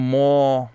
more